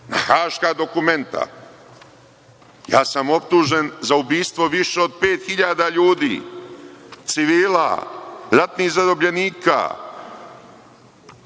na Haška dokumenta. Ja sam optužen za ubistvo više od 5000 ljudi, civila, ratnih zarobljenika,